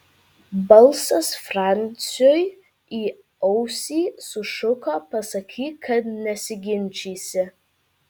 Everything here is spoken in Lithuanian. balsas franciui į ausį sušuko pasakyk kad nesiginčysi